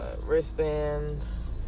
Wristbands